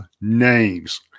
names